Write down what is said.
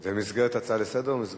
זה במסגרת הצעה לסדר-היום